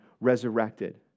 resurrected